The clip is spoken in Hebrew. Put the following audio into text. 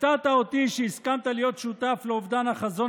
הפתעת אותי שהסכמת להיות שותף לאובדן החזון